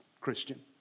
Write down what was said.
Christian